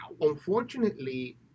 Unfortunately